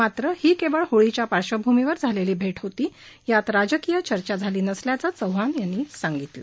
मात्र ही केवळ होळीच्या पार्श्वभूमीवर झालेली भेट होती यात राजकीय चर्चा झाली नसल्याचं चौहान यांनी सांगितलं